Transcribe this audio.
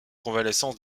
convalescence